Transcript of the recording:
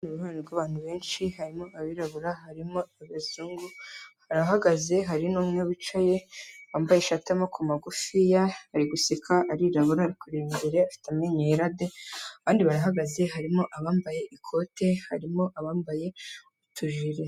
Ni uruhurirane rw'abantu benshi, harimo abirabura, harimo abazungu, barahagaze, hari n'umwe wicaye, wambaye ishati y'amaboko magufiya, ari guseka, arirabura, ari kureba imbere, afite amenyo yera de, abandi barahagaze harimo abambaye ikote, harimo abambaye utujire.